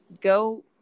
go